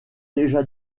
déjà